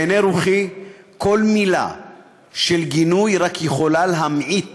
בעיני רוחי כל מילה של גינוי יכולה רק להמעיט